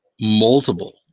multiple